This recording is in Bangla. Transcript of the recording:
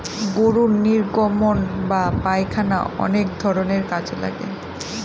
গরুর নির্গমন বা পায়খানা অনেক ধরনের কাজে লাগে